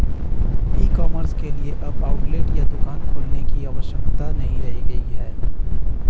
ई commerce के लिए अब आउटलेट या दुकान खोलने की आवश्यकता नहीं रह गई है